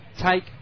take